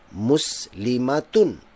muslimatun